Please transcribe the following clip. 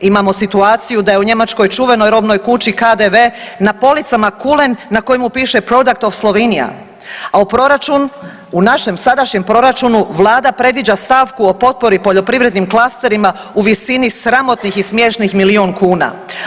Imamo situaciju da je u njemačkoj čuvenoj robnoj kući KDV na policama kulen na kojima piše product of Slovenia, a u proračun, u našem sadašnjem proračunu Vlada predviđa stavku o potpori poljoprivrednim klasterima u visini sramotnih i smiješnih milijun kuna.